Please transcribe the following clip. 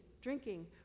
drinking